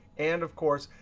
and, of course,